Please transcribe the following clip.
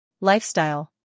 Lifestyle